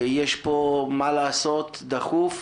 יש פה מה לעשות באופן דחוף.